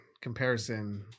comparison